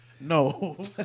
No